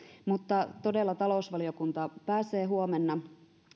todella talousvaliokunta pääsee huomenna